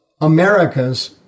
America's